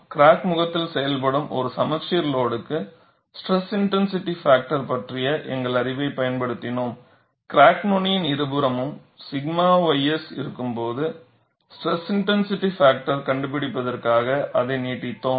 crack முகத்தில் செயல்படும் ஒரு சமச்சீர் லோடுக்கு ஸ்ட்ரெஸ் இன்டென்சிட்டி பாக்டர் பற்றிய எங்கள் அறிவைப் பயன்படுத்தினோம் கிராக் நுனியின் இருபுறமும் 𝛔 ys இருக்கும்போது ஸ்ட்ரெஸ் இன்டென்சிட்டி பாக்டர் கண்டுபிடிப்பதற்காக அதை நீட்டித்தோம்